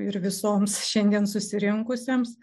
ir visoms šiandien susirinkusioms